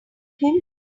him